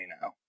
now